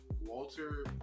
Walter